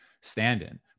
stand-in